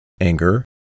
anger